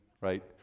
right